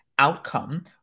outcome